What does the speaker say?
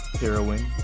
heroin